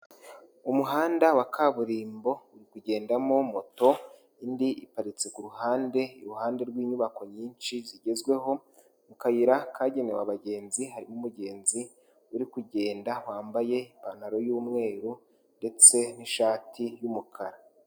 Umuhanda wa kaburimbo uri kugendamo moto, indi iparitse ku ruhande, iruhande rw'inyubako nyinshi zigezweho, mu kayira kagenewe abagenzi harimo umugenzi uri kugenda, wambaye ipantaro y'umweru ndetse n'ishati y'umukara.